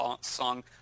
song